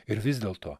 ir vis dėlto